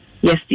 yes